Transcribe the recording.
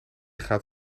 gaat